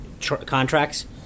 contracts